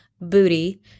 booty